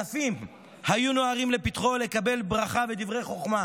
אלפים היו נוהרים לפתחו לקבל ברכה ודברי חוכמה,